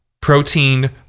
protein